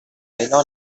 trinh